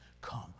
come